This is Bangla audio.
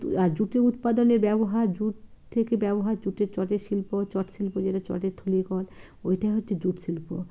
আর জুটে উৎপাদনের ব্যবহার জুট থেকে ব্যবহার জুটের চটের শিল্প চট শিল্প যেটা চটের থলির কল ওইটাই হচ্ছে জুট শিল্প